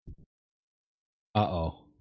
Uh-oh